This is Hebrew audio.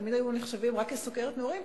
שתמיד היו נחשבים רק כסוכרת נעורים,